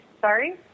Sorry